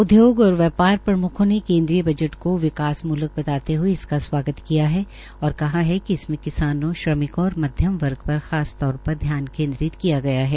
उदयोग और व्यापार प्रम्खों ने केन्द्रीय बजट का विकासमूलक बताते हये इसका स्वागत किया है और कहा है कि इसमें किसानों श्रमिकों और मध्यम वर्ग पर खास तौर पर ध्यान केन्द्रित किया गया है